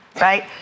right